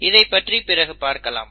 இதைப் பற்றி பிறகு பார்க்கலாம்